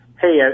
hey